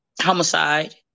Homicide